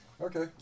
Okay